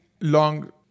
long